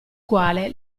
quale